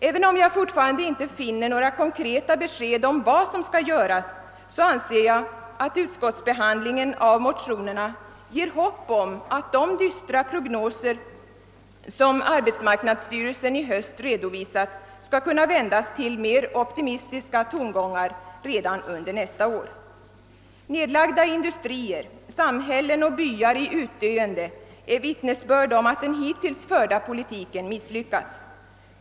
Även om jag alltjämt saknar konkreta besked om vad som skall göras anser jag ändå att utskottets behandling av motionerna ger hopp om att de dystra prognoser som arbetsmarknadsstyrelsen redovisat i höst skall kunna vändas i mera optimistiska tongångar redan under nästa år. Nedlagda industrier och samhällen och byar i utdöende är vittnesbörd om att den hittills förda politiken har misslyckats.